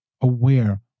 aware